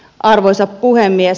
arvoisa puhemies